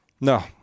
No